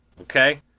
Okay